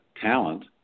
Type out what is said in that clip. talent